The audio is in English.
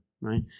right